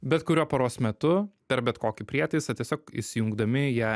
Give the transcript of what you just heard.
bet kuriuo paros metu per bet kokį prietaisą tiesiog įsijungdami ją